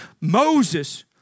Moses